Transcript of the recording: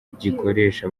gikoresha